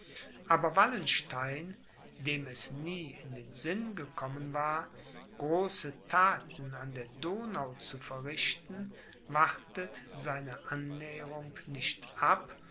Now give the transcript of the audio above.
aber wallenstein dem es nie in den sinn gekommen war große thaten an der donau zu verrichten wartet seine annäherung nicht ab